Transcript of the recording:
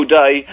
day